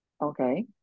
Okay